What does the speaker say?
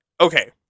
okay